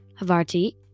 Havarti